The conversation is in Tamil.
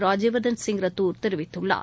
ராஜ்யவர்தன் சிங் ரத்தோர் தெரிவித்துள்ளார்